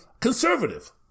conservative